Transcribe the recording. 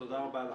תודה רבה לך.